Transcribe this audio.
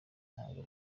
ntacyo